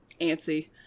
antsy